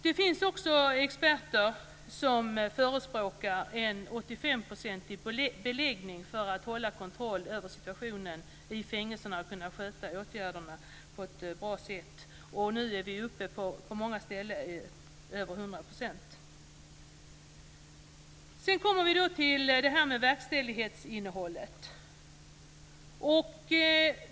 Det finns också experter som förespråkar en 85 procentig beläggning för att hålla kontroll över situationen i fängelserna och för att kunna sköta åtgärderna på ett bra sätt. Nu är man på många ställen uppe på över 100 %. Sedan kommer vi till det här med verkställighetsinnehållet.